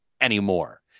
anymore